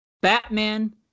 Batman